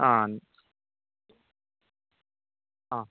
ആ ആ